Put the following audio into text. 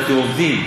אמרתי, עובדים.